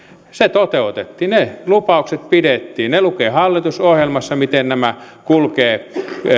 se toteutettiin ne lupaukset pidettiin se lukee hallitusohjelmassa miten nämä kulkevat